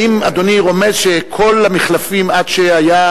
האם אדוני רומז שכל המחלפים עד שהיה